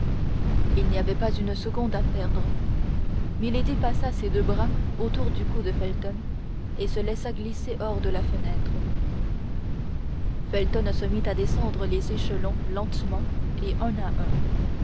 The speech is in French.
il n'y avait pas une seconde à perdre milady passa ses deux bras autour du cou de felton et se laissa glisser hors de la fenêtre felton se mit à descendre les échelons lentement et un à un